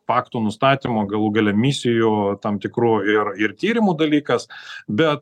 faktų nustatymo galų gale misijų tam tikrų ir ir tyrimų dalykas bet